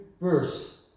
verse